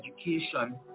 education